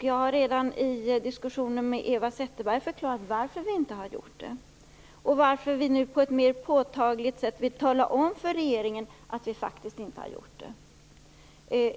Jag har redan i diskussionen med Eva Zetterberg förklarat varför vi inte har gjort det och varför vi nu på ett mer påtagligt sätt vill tala om för regeringen att vi faktiskt inte har gjort det.